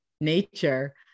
nature